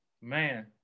Man